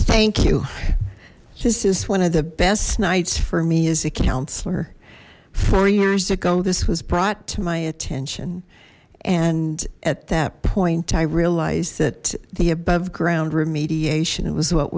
thank you this is one of the best nights for me as a counselor four years ago this was brought to my attention and at that point i realized that the above ground remediation was what